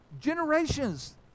generations